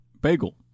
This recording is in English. Bagel